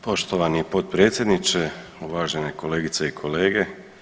Poštovani potpredsjedniče, uvaženi kolegice i kolege.